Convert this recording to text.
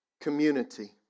community